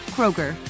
Kroger